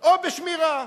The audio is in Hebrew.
או בשמירה.